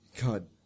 God